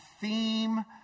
theme